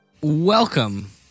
welcome